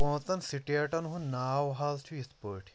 پانٛژن سٹیٹن ہُنٛد ناو حظ چھُ یِتھ پٲٹھۍ